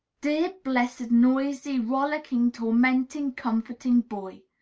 dear, blessed, noisy, rollicking, tormenting, comforting boy!